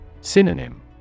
Synonym